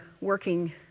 working